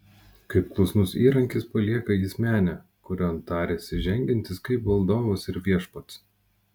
kaip klusnus įrankis palieka jis menę kurion tarėsi žengiantis kaip valdovas ir viešpats